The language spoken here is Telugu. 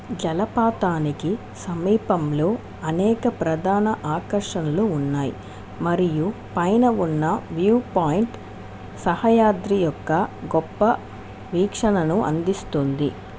జలపాతానికి సమీపంలో అనేక ప్రధాన ఆకర్షణలు ఉన్నాయి మరియు పైన ఉన్న వ్యూ పాయింట్ సహ్యాద్రి యొక్క గొప్ప వీక్షణను అందిస్తుంది